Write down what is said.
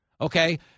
Okay